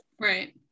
Right